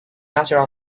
nature